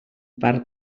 parc